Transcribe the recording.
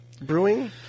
brewing